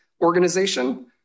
organization